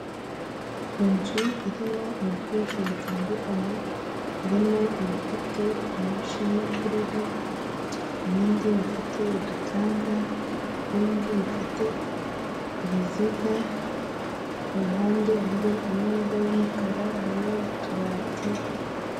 Inzu irimo ibikoresho bitandukanye, irimo ibifite imashini, ibindi bifite udutanda, ibindi bifite ibiziga iruhande hari ameza y'umukara hariho utubati.